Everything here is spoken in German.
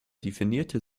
definierte